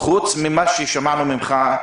חוץ ממה ששמענו ממך,